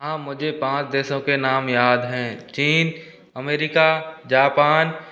हाँ मुझे पाँच देशों के नाम याद हैं चीन अमेरिका जापान